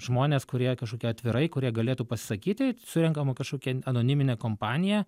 žmonės kurie kažkokie atvirai kurie galėtų pasisakyti surenkama kažkokia anoniminė kompanija